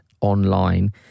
online